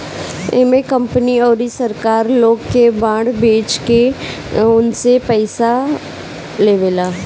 इमे कंपनी अउरी सरकार लोग के बांड बेच के उनसे पईसा लेवेला